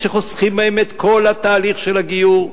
שחוסכים מהם את כל התהליך של הגיור,